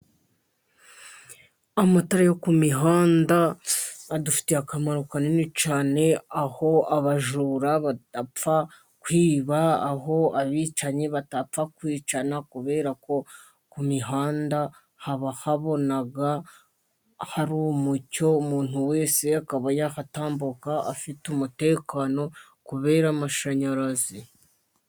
Amatara yo ku mihanda adufitiye akamaro kanini cyane, aho abajura badapfa kwiba ,aho abicanyi batapfa kwicana kubera ko ku mihanda haba habona hari umucyo, umuntu wese akaba yahatambuka afite umutekano kubera amashanyarazi.